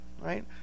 Right